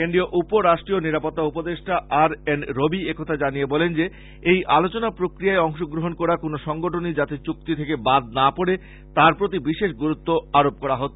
কেন্দ্রীয় উপ রাষ্ট্রীয় নিরাপত্তা উপদেষ্টা আর এন রবি একথা জানিয়ে বলেন যে এই আলোচনা প্রক্রিয়ায় অংশ গ্রহন করা কোন সংগঠনই যাতে চুক্তি থেকে বাদ না পড়ে তার প্রতি বিশেষ গুরুত্ব আরোপ করা হয়েছে